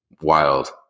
wild